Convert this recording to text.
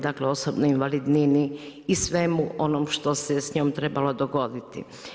Dakle, osobnoj invalidnini i svemu onom što se s njom trebalo dogoditi.